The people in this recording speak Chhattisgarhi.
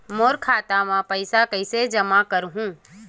मोर खाता म पईसा कइसे जमा करहु?